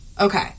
Okay